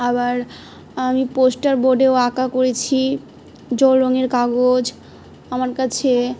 আবার আমি পোস্টার বোর্ডেও আঁকা করেছি জল রঙের কাগজ আমার কাছে